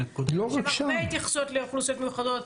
יש שם הרבה התייחסויות לאוכלוסיות מיוחדות,